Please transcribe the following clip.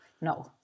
No